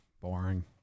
boring